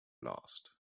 last